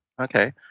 Okay